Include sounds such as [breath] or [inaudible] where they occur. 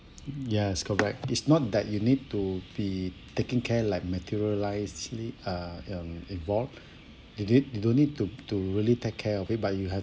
[breath] yes correct is not that you need to be taking care like uh um involved [breath] it it you don't need to to really take care of it but you have